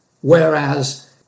Whereas